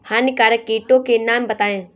हानिकारक कीटों के नाम बताएँ?